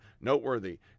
Noteworthy